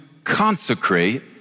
consecrate